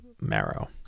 Marrow